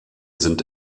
sind